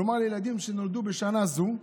כלומר, לילדים שנולדו בשנה זאת,